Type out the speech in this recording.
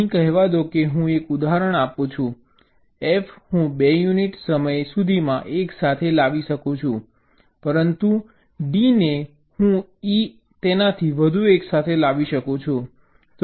અહીં કહેવા દો કે હું એક ઉદાહરણ આપું છું F હું 2 યુનિટ સમય સુધીમાં એકસાથે લાવી શકું છું પરંતુ D અને E હું તેનાથી વધુ એકસાથે લાવી શકું છું